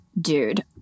dude